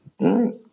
right